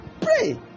pray